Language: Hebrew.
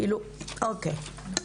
נכון.